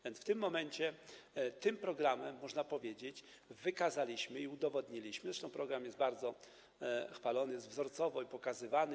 W tym momencie tym programem, można powiedzieć, wykazaliśmy i udowodniliśmy... zresztą program jest bardzo chwalony jako wzorcowy, pokazywany.